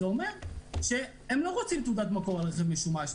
זה אומר שהם לא רוצים תעודת מקור על רכב משומש,